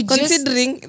Considering